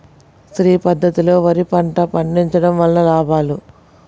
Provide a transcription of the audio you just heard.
శ్రీ పద్ధతిలో వరి పంట పండించడం వలన లాభాలు?